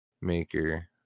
Maker